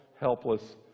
helpless